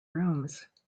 rooms